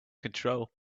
control